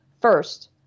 First